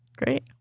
Great